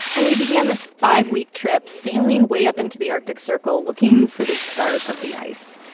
and we began this five-week trip sailing way up into the arctic circle, looking for the start of the ice.